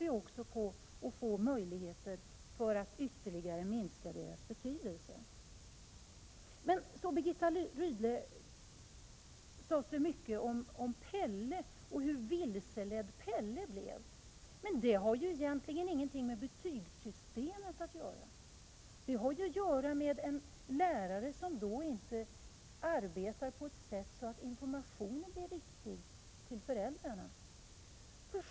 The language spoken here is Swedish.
Vi hoppas också få möjligheter att ytterligare minska deras betydelse. Men, Birgitta Rydle, det sades mycket om Pelle och hur vilseledd Pelle blir. Det har ju egentligen ingenting med betygssystemet att göra. Det har att göra med en lärare som inte arbetar på ett sådant sätt att informationen till föräldrarna blir riktig.